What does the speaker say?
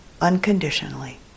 unconditionally